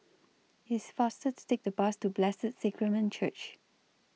IT IS faster to Take The Bus to Blessed Sacrament Church